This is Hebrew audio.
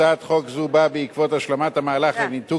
הצעת חוק זו באה בעקבות השלמת המהלך לניתוק